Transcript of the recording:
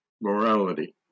morality